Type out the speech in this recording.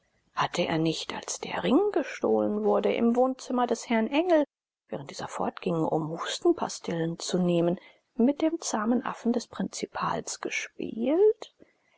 hatte er nicht als der ring gestohlen wurde im wohnzimmer des herrn engel während dieser fortging um hustenpastillen zu nehmen mit dem zahmen affen des prinzipals gespielt